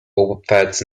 oberpfalz